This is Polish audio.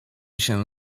się